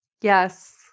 Yes